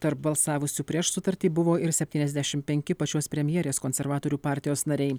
tarp balsavusių prieš sutartį buvo ir septyniasdešim penki pačios premjerės konservatorių partijos nariai